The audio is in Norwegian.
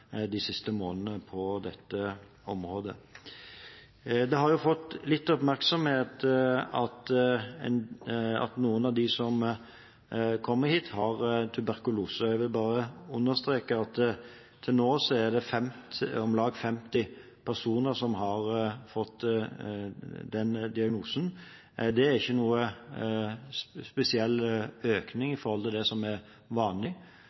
de siste månedene på dette området. Det har fått litt oppmerksomhet at noen av dem som kommer hit, har tuberkulose. Jeg vil bare understreke at til nå er det om lag 50 personer som har fått den diagnosen. Det er ikke noen spesiell økning i forhold til det som er vanlig.